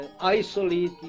isolated